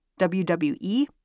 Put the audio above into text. WWE